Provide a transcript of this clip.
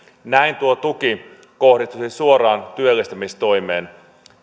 näin tuo tuki kohdistuisi suoraan työllistämistoimeen